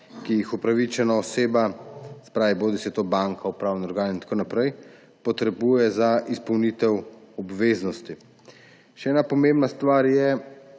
ki jih upravičena oseba, se pravi bodisi je to banka, upravni organ in tako naprej, potrebuje za izpolnitev obveznosti. Še ena pomembna stvar je,